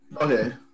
okay